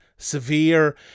Severe